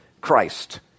Christ